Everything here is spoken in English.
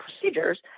procedures